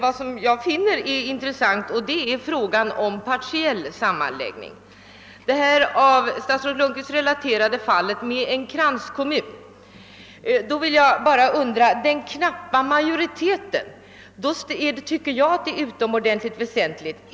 Vad jag finner intressant är frågan om partiell sammanläggning. Beträffande det av statsrådet Lundkvist relaterade fallet med en kranskommun vill jag ställa en fråga, som jag tycker är utomordentligt väsentlig.